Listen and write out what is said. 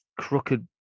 crooked